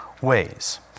ways